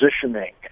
positioning